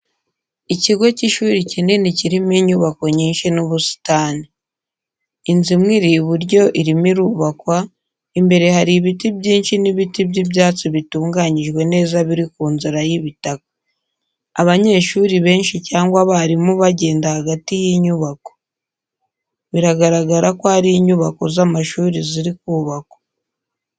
Ikigo cy'ishuri kinini kirimo inyubako nyinshi n'ubusitani. Inzu imwe iri iburyo irimo irubakwa, imbere hari ibiti byinshi n'ibiti by'ibyatsi bitunganyijwe neza biri ku nzira y'ibitaka. Abanyeshuri benshi cyangwa abarimu bagenda hagati y'inyubako. Biragaragara ko ari inyubazo z'amashuri ziri kubakwa.